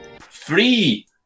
three